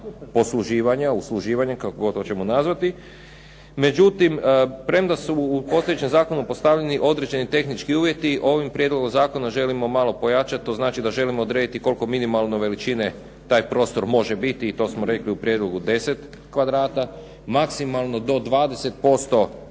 posluživanja, usluživanja kako god hoćemo nazvati. Međutim, premda su u postojećem zakonu postavljeni određeni tehnički uvjeti, ovim prijedlogom zakona želimo malo pojačati, to znači da želimo odrediti koliko minimalno veličine taj prostor može biti i to smo rekli u prijedlogu 10 kvadrata, maksimalno do 20%